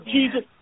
Jesus